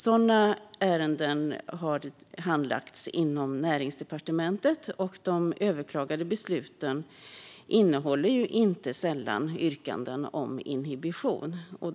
Sådana ärenden har handlagts inom Näringsdepartementet, och de överklagade besluten innehåller inte sällan yrkanden på inhibition.